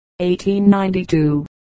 1892